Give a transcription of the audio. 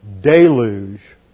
deluge